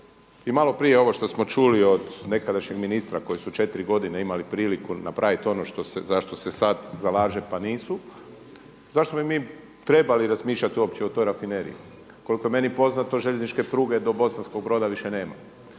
i malo prije ovo što som čuli od nekadašnjeg ministra koji su 4 godine imali priliku napraviti ono za što se sada zalaže pa nisu, zašto bi mi trebali razmišljati uopće o toj rafineriji? Koliko je meni poznato željezničke pruge do Bosanskog Broda više nema.